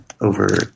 over